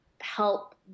help